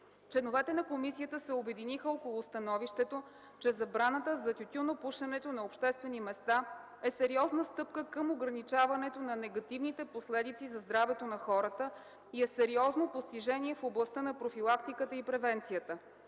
Членовете на комисията се обединиха около становището, че забраната за тютюнопушенето на обществени места е сериозна стъпка към ограничаването на негативните последици за здравето на хората и е сериозно постижение в областта на профилактиката и превенцията.